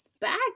back